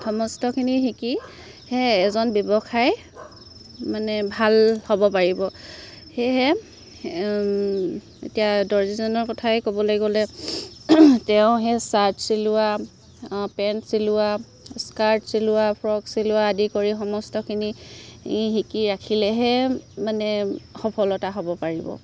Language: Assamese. সমস্তখিনি শিকি সেয়ে এজন ব্যৱসায় মানে ভাল হ'ব পাৰিব সেয়েহে এতিয়া দৰ্জীজনৰ কথাই ক'বলৈ গ'লে তেওঁ সেই চাৰ্ট চিলোৱা পেণ্ট চিলোৱা স্কাৰ্ট চিলোৱা ফ্ৰক চিলোৱা আদি কৰি সমস্তখিনি শিকি ৰাখিলেহে মানে সফলতা হ'ব পাৰিব